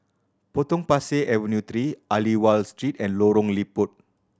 Potong Pasir Avenue Three Aliwal Street and Lorong Liput